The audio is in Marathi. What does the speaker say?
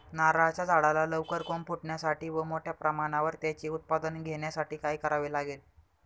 नारळाच्या झाडाला लवकर कोंब फुटण्यासाठी व मोठ्या प्रमाणावर त्याचे उत्पादन घेण्यासाठी काय करावे लागेल?